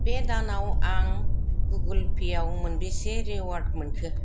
बे दानाव आं गुगोल पे आव मोनबेसे रिवार्ड मोनखो